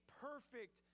perfect